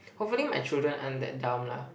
hopefully my children aren't that dumb lah